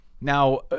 Now